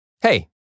Hey